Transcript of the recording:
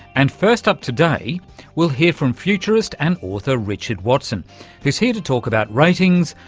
and first up today we'll hear from futurist and author richard watson who's here to talk about ratings,